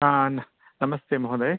हा न् नमस्ते महोदय